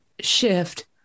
shift